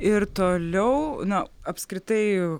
ir toliau na apskritai